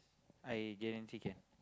I guarantee can